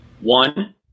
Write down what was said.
One